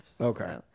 okay